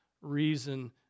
reason